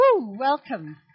Welcome